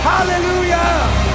Hallelujah